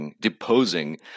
deposing